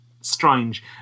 strange